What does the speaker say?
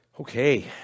Okay